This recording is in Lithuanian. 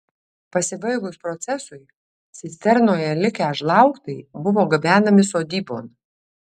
pasibaigus procesui cisternoje likę žlaugtai buvo gabenami sodybon